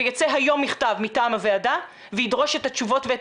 וייצא היום מכתב מטעם הוועדה וידרוש את התשובות ואת